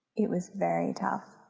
it was very tough,